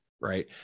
Right